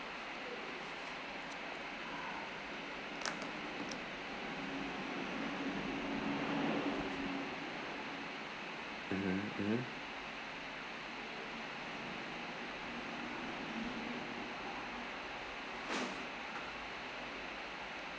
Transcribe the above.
mmhmm mmhmm